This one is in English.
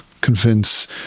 convince